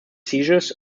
seizures